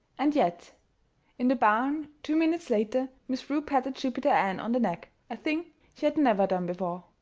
and yet in the barn two minutes later, miss prue patted jupiter ann on the neck a thing she had never done before.